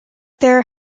there